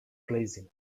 pleasing